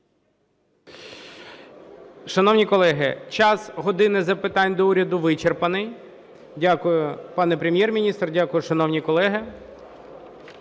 Шановні колеги, час "години запитань до Уряду" вичерпаний. Дякую, пане Прем'єр-міністр. Дякую, шановні колеги.